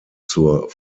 zur